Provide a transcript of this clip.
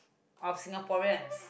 of Singaporeans